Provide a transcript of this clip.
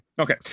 Okay